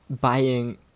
buying